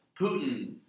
Putin